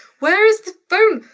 where is the phone?